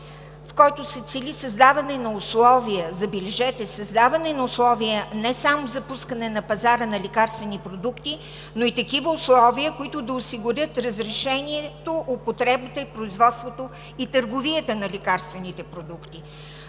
в който се цели създаване на условия – забележете, създаване на условия не само за пускане на пазара на лекарствени продукти, но и такива условия, които да осигурят разрешението, употребата, производството и търговията на лекарствените продукти.